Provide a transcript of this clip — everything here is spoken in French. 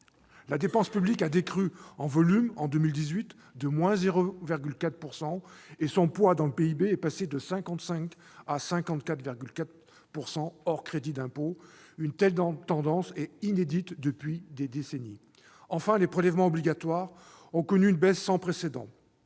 la dépense publique a décru, en volume, de 0,4 % et son poids dans le PIB est passé de 55 % à 54,4 %, hors crédits d'impôts. Une telle tendance est inédite depuis des décennies. Enfin, les prélèvements obligatoires ont connu une réduction sans précédent.